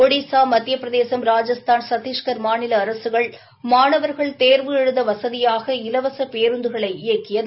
ஷடிஸா மத்திய பிரதேசும் ராஜஸ்தான் சத்திஷ்கள் மாநில அரசுகள் மாணவர்கள் தேர்வு எழுத வசதியாக இலவச பேருந்துகளை இயக்கியது